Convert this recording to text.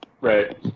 Right